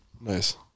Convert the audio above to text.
Nice